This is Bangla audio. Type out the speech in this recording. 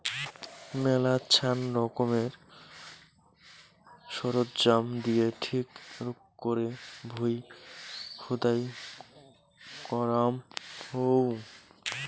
মেলাছান রকমের সরঞ্জাম দিয়ে ঠিক করে ভুঁই খুদাই করাঙ হউ